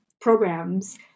programs